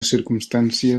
circumstància